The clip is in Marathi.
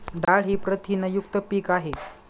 डाळ ही प्रथिनयुक्त पीक आहे